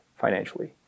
financially